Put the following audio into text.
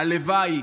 הלוואי